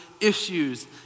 issues